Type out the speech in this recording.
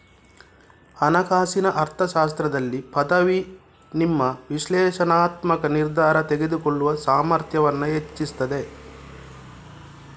ಹಣಕಾಸಿನ ಅರ್ಥಶಾಸ್ತ್ರದಲ್ಲಿ ಪದವಿ ನಿಮ್ಮ ವಿಶ್ಲೇಷಣಾತ್ಮಕ ನಿರ್ಧಾರ ತೆಗೆದುಕೊಳ್ಳುವ ಸಾಮರ್ಥ್ಯವನ್ನ ಹೆಚ್ಚಿಸ್ತದೆ